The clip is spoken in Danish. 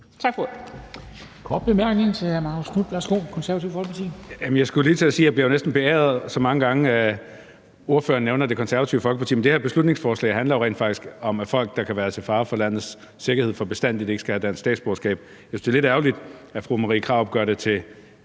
Tak for ordet.